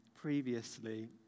previously